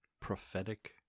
Prophetic